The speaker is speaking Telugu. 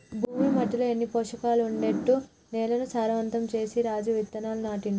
భూమి మట్టిలో అన్ని పోషకాలు ఉండేట్టు నేలను సారవంతం చేసి రాజు విత్తనాలు నాటిండు